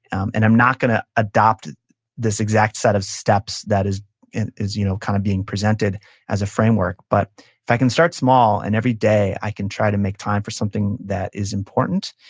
and i'm not going to adopt this exact set of steps that is is you know kind of being presented as a framework, but if i can start small, and every day, i can try to make time for something that is important,